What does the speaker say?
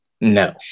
No